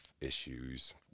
issues